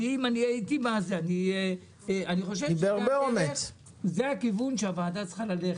אני חושב שזאת הדרך וזה הכיוון שבהם הוועדה צריכה ללכת.